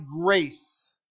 grace